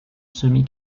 semi